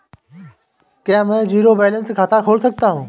क्या मैं zero balance खाता खोल सकता हूँ?